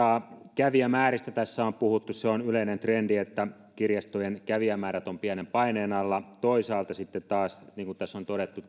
kävijämääristä tässä on puhuttu se on yleinen trendi että kirjastojen kävijämäärät ovat pienen paineen alla toisaalta sitten taas niin kuin tässä on todettu